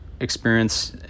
experience